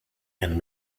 and